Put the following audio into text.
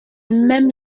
même